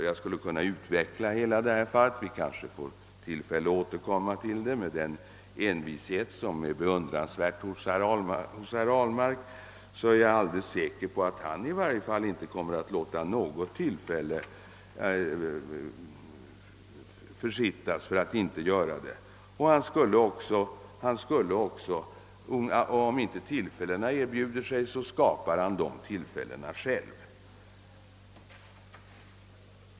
Jag skulle kunna utveckla detta fall mera, men vi får kanske tilfälle att återkomma till det. Med tanke på herr Ahlmarks beundransvärda envishet är jag alldeles säker på att i varje fall inte han kommer att försitta något tillfälle, och om inte tillfällena erbjuder sig skapar han dem själv.